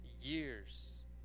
years